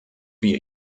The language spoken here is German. wir